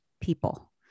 people